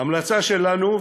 ההמלצה שלנו,